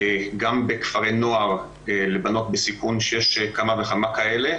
גם בכפרי נוער לבנות בסיכון, שיש כמה וכמה כאלה.